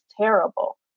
terrible